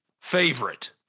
favorite